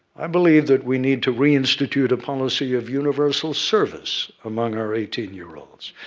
i believe that we need to reinstitute a policy of universal service among our eighteen year olds.